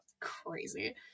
crazy